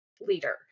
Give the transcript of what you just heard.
leader